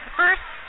first